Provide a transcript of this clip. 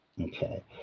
okay